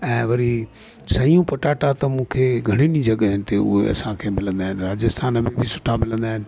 ऐं वरी सयूं पटाटा त मूंखे घणनि ई जॻहियुनि ते उहे असांखे मिलंदा आहिनि राजस्थान में बि सुठा मिलंदा आहिनि